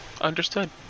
understood